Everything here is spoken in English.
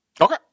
Okay